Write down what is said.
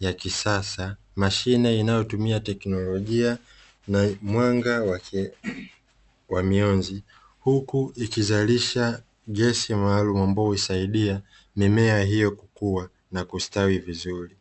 ya kisasa. Mashine inayotumia teknolojia na mwanga wa mionzi, huku ikizalisha gesi maalumu ambayo husaidia mimea hiyo kukua na kustawi vizuri.